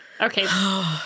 Okay